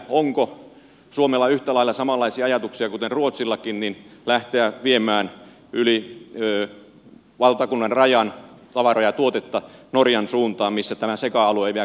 onko suomella yhtä lailla samanlaisia ajatuksia kuin ruotsilla lähteä viemään yli valtakunnan rajan tavaraa ja tuotetta norjan suuntaan missä tämä seca alue ei vielä kohtaa rikkidirektiivirajoitusta